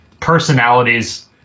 personalities